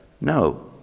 no